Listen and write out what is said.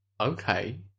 Okay